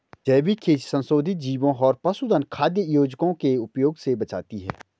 जैविक खेती संशोधित जीवों और पशुधन खाद्य योजकों के उपयोग से बचाती है